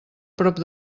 prop